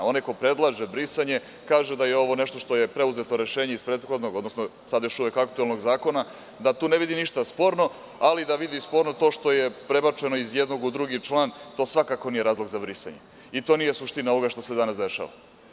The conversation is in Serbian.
Onaj ko predlaže brisanje kaže da je ovo nešto što je preuzeto rešenje iz prethodnog, odnosno sada još uvek aktuelnog zakona, da tu ne vidi ništa sporno, ali da vidi sporno to što je prebačeno iz jednog u drugi član, to svakako nije razlog za brisanje, i to nije suština ovoga što se danas dešava.